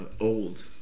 Old